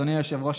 אדוני היושב-ראש,